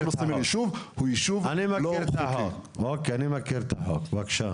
החוק, אוקי, אני מכיר את החוק, בבקשה.